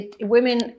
Women